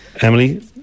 Emily